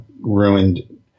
ruined